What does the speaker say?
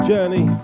Journey